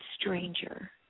stranger